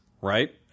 right